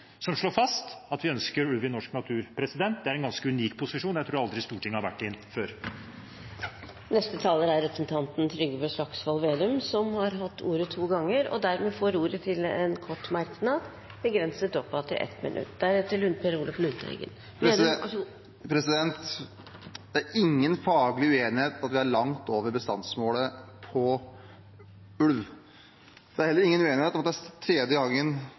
som slår fast at vi ønsker ulv i norsk natur. Det er en ganske unik posisjon. Jeg tror aldri Stortinget har vært i den før. Representanten Trygve Slagsvold Vedum har hatt ordet to ganger tidligere og får ordet til en kort merknad, begrenset til 1 minutt. Det er ingen faglig uenighet om at vi er langt over bestandsmålet for ulv. Det er heller ingen uenighet om at det er tredje gangen